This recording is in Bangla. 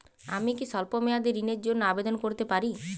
আমি কি স্বল্প মেয়াদি ঋণের জন্যে আবেদন করতে পারি?